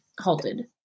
halted